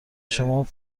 شما